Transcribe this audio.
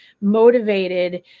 motivated